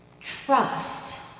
trust